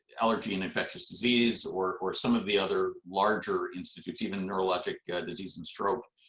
allergy and infectious disease, or or some of the other, larger institutes, even neurologic disease and stroke.